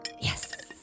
Yes